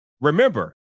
Remember